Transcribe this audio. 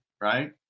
right